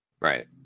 Right